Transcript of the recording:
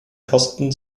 kosten